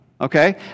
okay